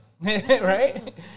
Right